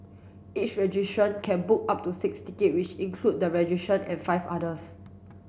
each registrant can book up to six ticket which include the registrant and five others